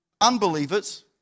unbelievers